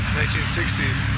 1960s